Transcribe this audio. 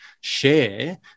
share